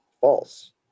false